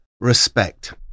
respect